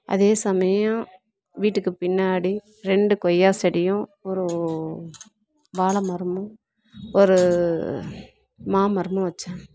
அதே சமயம் வீட்டுக்குப் பின்னாடி ரெண்டு கொய்யா செடியும் ஒரு வாழைமரமும் ஒரு மாமரமும் வைச்சேன்